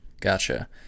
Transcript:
Gotcha